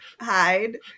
hide